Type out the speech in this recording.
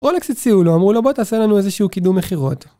רולקס הציעו לו, אמרו לו בוא תעשה לנו איזשהו קידום מכירות